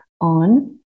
on